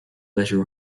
leisure